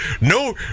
no